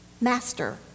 Master